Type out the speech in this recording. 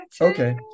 okay